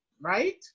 right